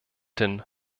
den